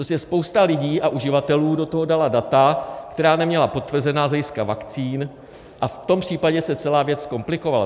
Prostě spousta lidí a uživatelů do toho dala data, která neměla potvrzena z hlediska vakcín, a v tom případě se celá věc zkomplikovala.